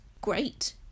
great